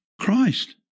Christ